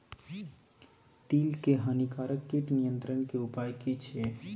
तिल के हानिकारक कीट नियंत्रण के उपाय की छिये?